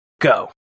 go